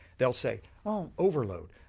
they'll say oh, overload,